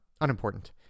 Unimportant